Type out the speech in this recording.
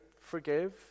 forgive